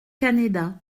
canéda